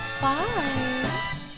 Bye